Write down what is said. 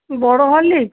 বড়ো হরলিক্স